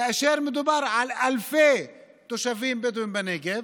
כאשר מדובר על אלפי תושבים בדואים בנגב,